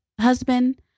husband